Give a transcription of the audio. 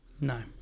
No